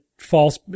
false